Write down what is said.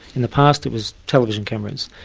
in the past it was television cameras,